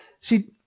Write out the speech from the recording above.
See